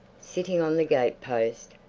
sitting on the gatepost,